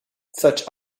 such